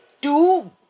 Two